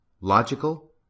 logical